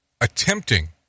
attempting